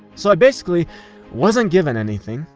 so i basically wasn't given anything,